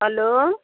hello